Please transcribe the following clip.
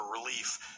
relief